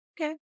Okay